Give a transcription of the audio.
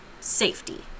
safety